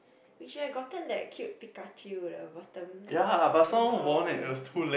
we should have gotten that cute Pikachu the bottom bottom floor one